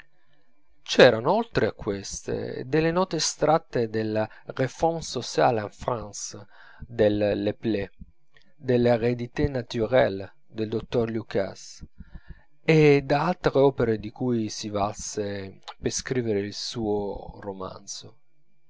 c'erano oltre a queste delle note estratte dalla réforme sociale en france del le play dall'hérédité naturelle del dottor lucas e da altre opere di cui si valse per scrivere il suo romanzo